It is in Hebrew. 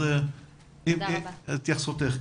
אז התייחסותך.